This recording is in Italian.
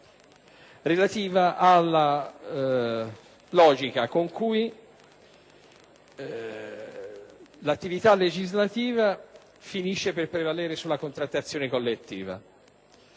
relativa alla logica con cui l'attività legislativa finisce per prevalere sulla contrattazione collettiva.